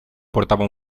portava